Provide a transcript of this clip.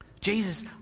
Jesus